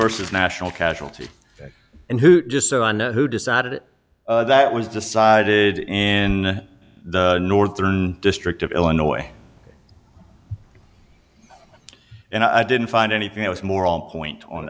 versus national casualty and who just so i know who decided that was decided in the north district of illinois and i didn't find anything i was more on point on